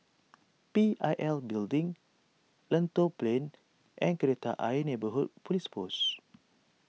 P I L Building Lentor Plain and Kreta Ayer Neighbourhood Police Post